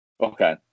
okay